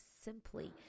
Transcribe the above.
simply